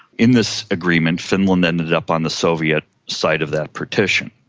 in this agreement finland ended up on the soviet side of that partition,